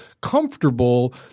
comfortable